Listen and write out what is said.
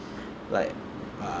like uh